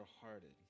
hearted